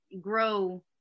grow